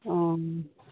অঁ